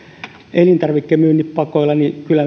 elintarvikemyyntipakoilla